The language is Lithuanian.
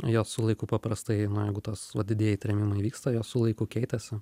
jos su laiku paprastai na jeigu tas va didieji trėmimai vyksta jos su laiku keitėsi